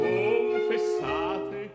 confessate